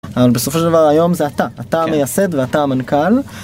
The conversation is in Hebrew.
אבל בסופו של דבר היום זה אתה, אתה המייסד ואתה המנכ"ל